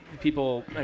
People